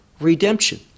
Redemption